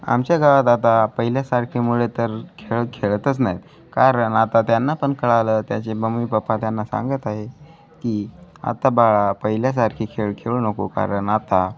आमच्या गावात आता पहिल्यासारखे मुले तर खेळ खेळतच नाहीत कारण आता त्यांना पण कळालं त्याचे मम्मी पप्पा त्यांना सांगत आहे की आता बाळा पहिल्यासारखे खेळ खेळू नको कारण आता